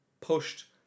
pushed